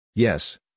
Yes